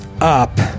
up